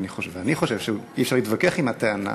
ואני חושב שאי-אפשר להתווכח עם הטענה,